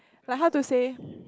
like how to say